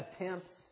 attempts